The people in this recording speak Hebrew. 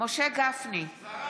משה גפני,